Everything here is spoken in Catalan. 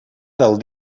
del